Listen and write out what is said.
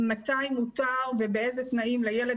מתי מותר ובאיזה תנאים לילד,